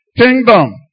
kingdom